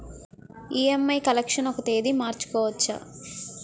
EMI collection ఒక తేదీ మార్చుకోవచ్చా?